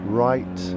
right